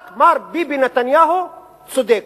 רק מר ביבי נתניהו צודק.